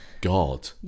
God